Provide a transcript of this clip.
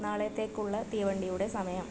നാളത്തേക്കുള്ള തീവണ്ടിയുടെ സമയം